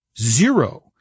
zero